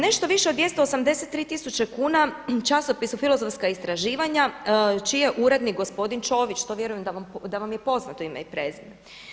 Nešto više od 283 tisuće kuna časopisu „Filozofska istraživanja“ čiji je urednik gospodin Čović, to vjerujem da vam je poznato ime i prezime.